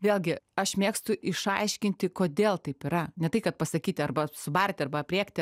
vėlgi aš mėgstu išaiškinti kodėl taip yra ne tai kad pasakyti arba subarti arba aprėkti